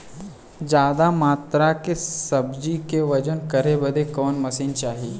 ज्यादा मात्रा के सब्जी के वजन करे बदे कवन मशीन चाही?